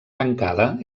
tancada